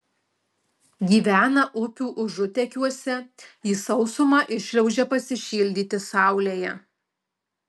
gyvena upių užutekiuose į sausumą iššliaužia pasišildyti saulėje